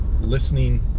listening